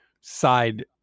side